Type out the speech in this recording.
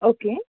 okay